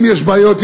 אם יש בעיות,